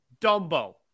Dumbo